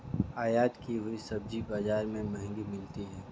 आयत की हुई सब्जी बाजार में महंगी मिलती है